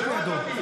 שב לידו.